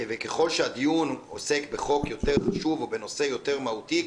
ככל שהדיון עוסק בחוק יותר חשוב או בנושא יותר מהותי,